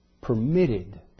permitted